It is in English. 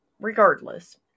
regardless